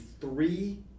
three